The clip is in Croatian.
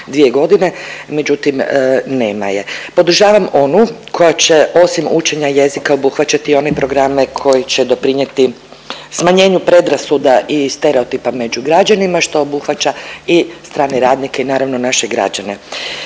prije 2 godine, međutim nema je. Podržavam onu koja će osim učenja jezika obuhvaćati i one programe koji će doprinijeti smanjenju predrasuda i stereotipa među građanima što obuhvaća i strane radnike i naravno naše građane.